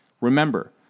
Remember